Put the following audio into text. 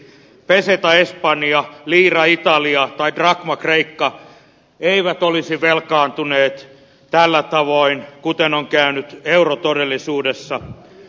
peseta espanja liira italia tai drakma kreikka eivät olisi velkaantuneet tällä tavoin kuten on käynyt eurotodellisuudessa